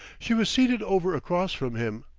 she was seated over across from him,